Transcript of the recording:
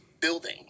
building